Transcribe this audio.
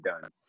done